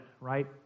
right